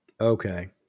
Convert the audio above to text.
Okay